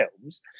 films